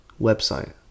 website